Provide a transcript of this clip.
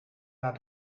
naar